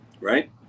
right